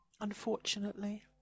unfortunately